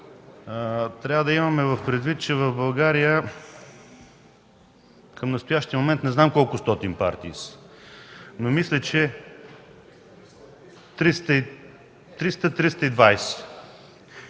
трябва да имаме предвид, че в България – към настоящия момент не знам колко стотин партии са, но мисля, че са